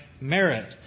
Merit